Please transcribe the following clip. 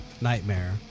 nightmare